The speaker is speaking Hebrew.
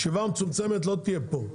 הישיבה המצומצמת לא תהיה פה,